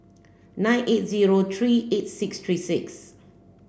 nine eight zero three eight six three six